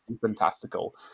fantastical